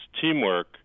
teamwork